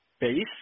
base